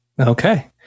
okay